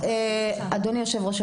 אדוני היושב-ראש,